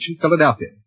Philadelphia